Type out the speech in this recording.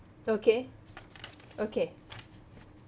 okay okay